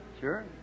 Sure